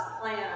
plan